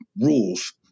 rules